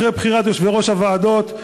אחרי בחירת יושבי-ראש הוועדות,